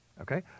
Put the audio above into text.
okay